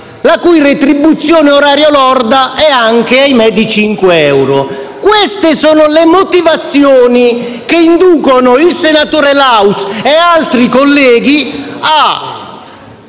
con una retribuzione oraria lorda che è anche - ahimè - di 5 euro. Queste sono le motivazioni che inducono il senatore Laus e altri colleghi a